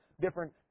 different